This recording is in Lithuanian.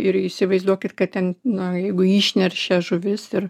ir įsivaizduokit kad ten na jeigu ji išneršia žuvis ir